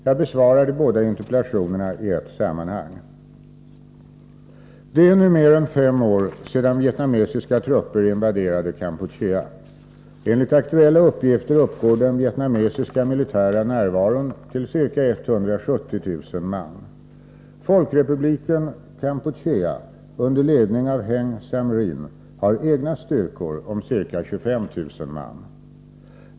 Jag besvarar de båda interpellationerna i ett sammanhang. Det är nu mer än fem år sedan vietnamesiska trupper invaderade Kampuchea. Enligt aktuella uppgifter uppgår den vietnamesiska militära närvaron till ca 170 000 man. Folkrepubliken Kampuchea under ledning av Heng Samrin har egna styrkor om ca 25 000 man.